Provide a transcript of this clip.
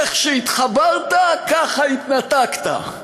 איך שהתחברת, ככה התנתקת.